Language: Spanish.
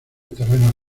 terrenos